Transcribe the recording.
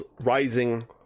rising